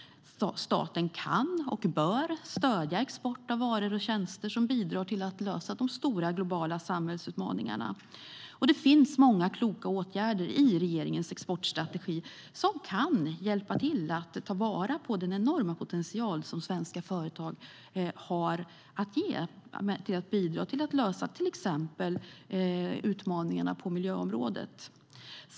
Staten kan och bör stödja export av varor och tjänster som bidrar till att lösa de stora globala samhällsutmaningarna. Det finns många kloka åtgärder i regeringens exportstrategi som kan hjälpa till att ta vara på den enorma potential som svenska företag har när det gäller att bidra till att lösa exempelvis utmaningarna på miljöområdet.